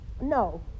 No